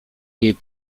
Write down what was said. jej